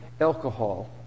alcohol